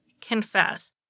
confess